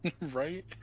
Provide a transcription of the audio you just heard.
Right